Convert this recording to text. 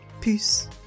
Peace